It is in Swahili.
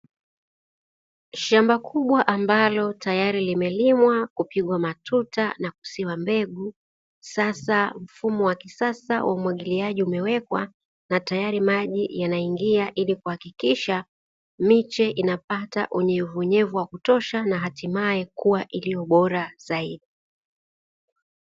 Shamba kubwa ambalo tayari limelimwa kupigwa matuta na kusiwa mbegu, sasa mfumo wa kisasa wa umwagaliaji umewekwa na tayari maji yanaingia ili kuhakikisha miche inapata unyevuunyevu wa kutosha, na hatimae kuwa ili bora zaidi.